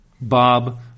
Bob